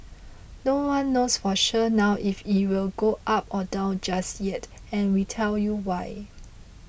no one knows for sure now if it will go up or down just yet and we'll tell you why